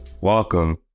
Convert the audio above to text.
welcome